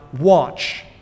watch